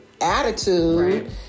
attitude